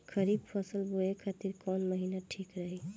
खरिफ फसल बोए खातिर कवन महीना ठीक रही?